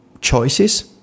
choices